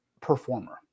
performer